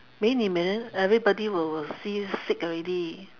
美女每人：mei nv mei ren everybody will will see sick already